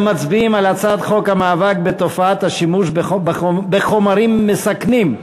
מצביעים על הצעת חוק המאבק בתופעת השימוש בחומרים מסכנים,